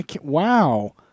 Wow